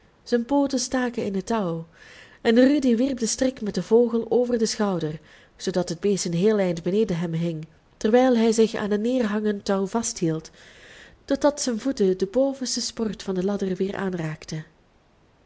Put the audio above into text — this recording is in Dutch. zijn pooten staken in het touw en rudy wierp den strik met den vogel over den schouder zoodat het beest een heel eind beneden hem hing terwijl hij zich aan een neerhangend touw vasthield totdat zijn voeten de bovenste sport van de ladder weer aanraakten